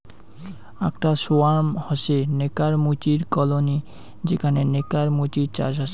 আকটা সোয়ার্ম হসে নেকার মুচির কলোনি যেখানে নেকার মুচির চাষ হসে